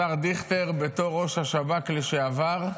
השר דיכטר, בתור ראש השב"כ לשעבר,